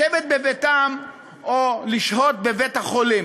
לשבת בביתם או לשהות בבית-החולים.